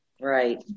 right